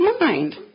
mind